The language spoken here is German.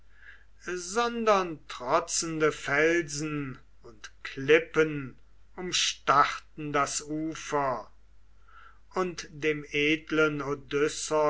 sondern trotzende felsen und klippen umstarrten das ufer und dem edlen